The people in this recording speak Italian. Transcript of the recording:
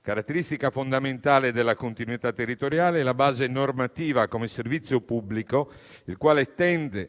Caratteristica fondamentale della continuità territoriale è la base normativa come servizio pubblico, il quale rende